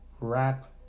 Wrap